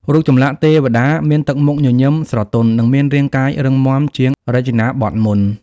រូបចម្លាក់ទេវតាមានទឹកមុខញញឹមស្រទន់ និងមានរាងកាយរឹងមាំជាងរចនាបថមុន។